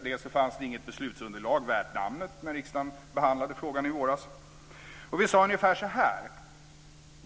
Det fanns inget beslutsunderlag värt namnet när riksdagen behandlade frågan i våras. Vi sade ungefär så här.